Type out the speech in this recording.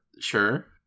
Sure